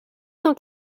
cent